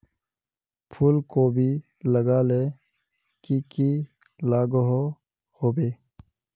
फूलकोबी लगाले की की लागोहो होबे?